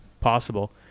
possible